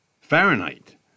Fahrenheit